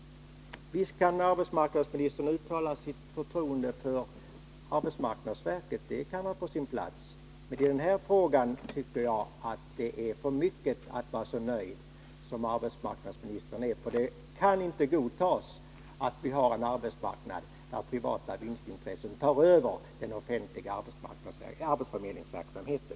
Visst kan arbetsmarknadsministern uttala sitt förtroende för arbetsmarknadsverket — det kan vara på sin plats — men i denna fråga tycker jag att arbetsmarknadsministerns förnöjsamhet går alltför långt. Det kan inte godtas att privata vinstintressen tar över den offentliga arbetsförmedlingsverksamheten.